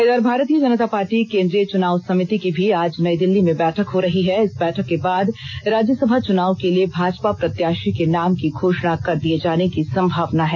इधर भारतीय जनता पार्टी केंद्रीय चुनाव समिति की भी आज नई दिल्ली में बैठक हो रही है इस बैठक के बाद राज्यसभा चुनाव के लिए भाजपा प्रत्याषी के नाम की घोषणा कर दिये जाने की संभावना है